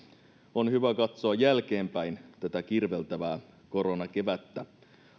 on hyvä katsoa jälkeenpäin tätä kirveltävää koronakevättä